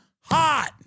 hot